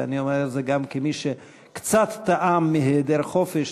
ואני אומר את זה כמי שקצת טעם היעדר חופש,